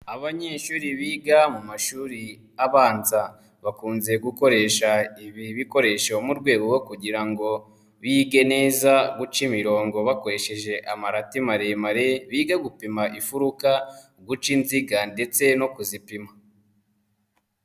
Abanyeshuri biga mu mashuri abanza bakunze gukoresha ibi bikoresho mu rwego kugira ngo bige neza guca imirongo bakoresheje amarati maremare, bige gupima imfuruka, guca inziga ndetse no kuzipima.